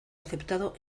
aceptado